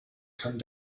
come